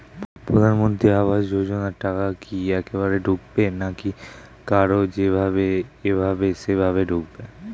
প্রধানমন্ত্রী আবাস যোজনার টাকা কি একবারে ঢুকবে নাকি কার যেভাবে এভাবে সেভাবে ঢুকবে?